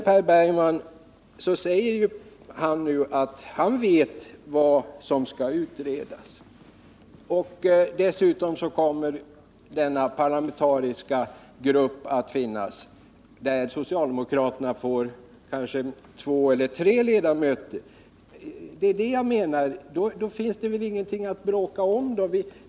Per Bergman säger nu att han vet vad som skall utredas. Dessutom kommer denna parlamentariska grupp att finnas, där socialdemokraterna kan få två eller tre ledamöter. Då finns det väl ingenting att bråka om, menar jag.